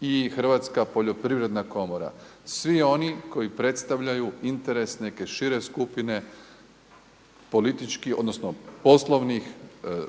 i Hrvatska poljoprivredna komora. Svi oni koji predstavljaju interes neke šire skupine politički odnosno poslovnih